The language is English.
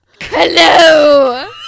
Hello